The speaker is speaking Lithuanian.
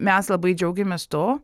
mes labai džiaugiamės to